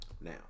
Now